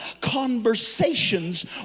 conversations